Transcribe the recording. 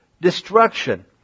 destruction